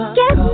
get